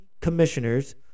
commissioners